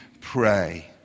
pray